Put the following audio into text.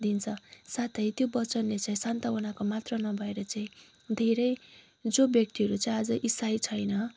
दिइन्छ साथै त्यो वचनले चाहिँ सान्त्वनाको मात्र नभएर चाहिँ धेरै जो व्यक्तिहरू चाहिँ आज इसाई छैन